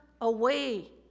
away